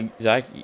Zach